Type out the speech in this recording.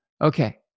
okay